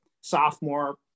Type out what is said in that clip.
sophomore